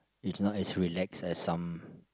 it's not as relaxed as some